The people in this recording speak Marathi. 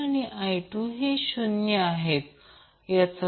तर ते 1RL j XL आहे आणि हे 1RC j XC आहे